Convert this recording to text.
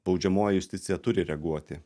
baudžiamoji justicija turi reaguoti